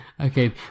okay